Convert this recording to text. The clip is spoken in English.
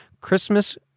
Christmas